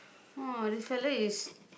!wah! this fella is